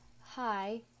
Hi